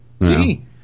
See